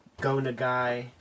gonagai